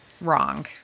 wrong